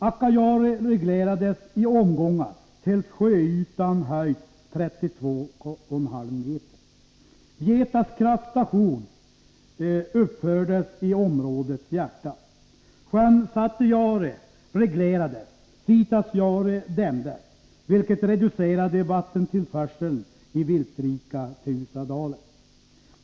Akkajaure reglerades i omgångar tills sjöytan höjts 32,5 m. Vietas kraftstation uppfördes i områdets hjärta. Sjön Satisjaure reglerades, och Sitasjaure dämdes, vilket reducerade vattentillförseln i den viltrika Teusadalen.